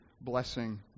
blessing